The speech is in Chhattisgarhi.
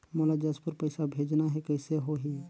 मोला जशपुर पइसा भेजना हैं, कइसे होही?